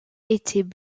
étaient